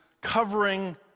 covering